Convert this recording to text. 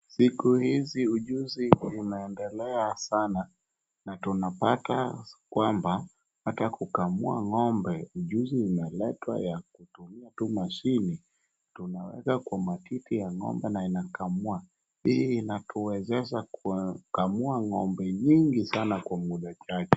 Siku hizi ujuzi unaendelea sana na tunapata kwamba hata kukamua ng'ombe ujuzi imeletwa ya kutumia tu mashine. Tunaweka kwa matiti ya ngombe na inakamua. Hii inatuwezesha kukamua ng'ombe nyingi sana kwa munda chache.